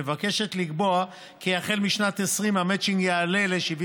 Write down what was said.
מבקשת לקבוע כי משנת 2020 המצ'ינג יעלה ל-30%